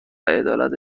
عدالت